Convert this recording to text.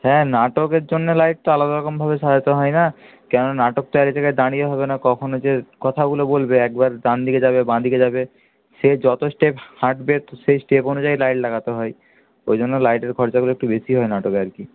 হ্যাঁ নাটকের জন্য লাইট তো আলাদা রকমভাবে সাজাতে হয় না কেন না নাটক তো এক জায়গায় দাঁড়িয়ে হবে না কখনো যে কথাগুলো বলবে একবার ডানদিকে যাবে বাঁদিকে যাবে সে যতো স্টেপ হাঁটবে সেই স্টেপ অনুযায়ী লাইট লাগাতে হয় ওই জন্য লাইটের খরচাগুলো একটু বেশি হয় নাটকে আর কি